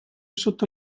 sotto